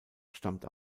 stammt